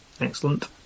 Excellent